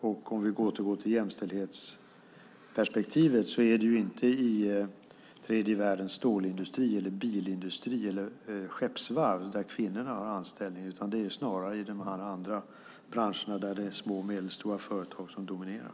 Och vi kan återgå till jämställdhetsperspektivet: Det är inte i tredje världens stålindustri, bilindustri eller skeppsvarv som kvinnorna har anställning, utan det är snarare i de här andra branscherna, där det är små och medelstora företag som dominerar.